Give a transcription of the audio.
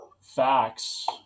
facts